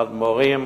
אדמו"רים,